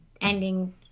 Ending